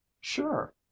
Sure